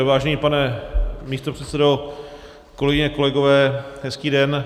Vážený pane místopředsedo, kolegyně, kolegové, hezký den.